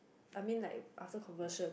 I mean like after conversion